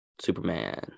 Superman